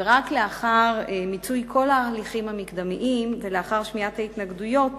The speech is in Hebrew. ורק לאחר מיצוי כל ההליכים המקדמיים ולאחר שמיעת ההתנגדויות